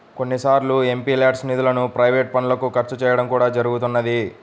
కొన్నిసార్లు ఎంపీల్యాడ్స్ నిధులను ప్రైవేట్ పనులకు ఖర్చు చేయడం కూడా జరుగుతున్నది